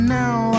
now